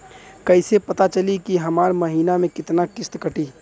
कईसे पता चली की हमार महीना में कितना किस्त कटी?